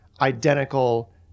identical